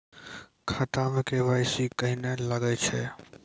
खाता मे के.वाई.सी कहिने लगय छै?